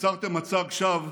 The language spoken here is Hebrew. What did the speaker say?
יצרתם מצג שווא